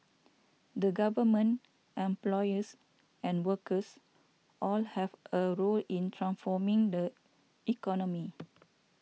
the government employers and workers all have a role in transforming the economy